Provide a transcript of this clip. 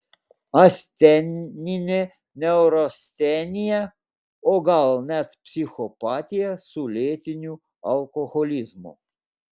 asteninė neurastenija o gal net psichopatija su lėtiniu alkoholizmu